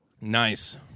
Nice